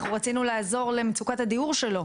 אנחנו רצינו לעזור למצוקת הדיור שלו.